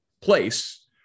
place